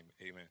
Amen